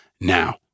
now